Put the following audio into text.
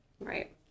Right